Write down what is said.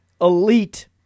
elite